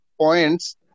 points